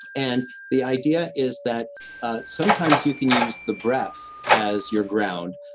and the idea is that ah sometimes you can use the breath as your ground,